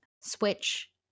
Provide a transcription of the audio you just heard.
switch